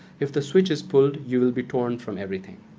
if the switch is pulled, you will be torn from everything.